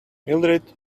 mildrid